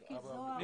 גם מיקי זוהר.